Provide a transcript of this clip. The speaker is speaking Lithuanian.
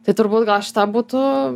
tai turbūt gal šita būtų